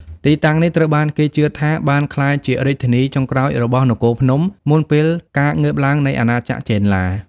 ទីតាំងនេះត្រូវបានគេជឿថាបានក្លាយជារាជធានីចុងក្រោយរបស់នគរភ្នំ មុនពេលការងើបឡើងនៃអាណាចក្រចេនឡា។